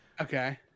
Okay